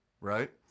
right